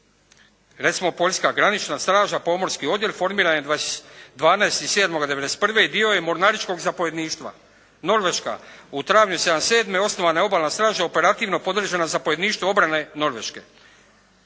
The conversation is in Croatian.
recimo poljska granična straža pomorski odjel formiran je 12.7.'91. i dio je mornaričkog zapovjedništva. Norveška. U travnju '77. osnovana je obalna straža operativno podređena zapovjedništvu obrane Norveške.